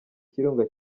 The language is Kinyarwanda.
kirunga